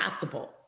possible